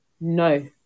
no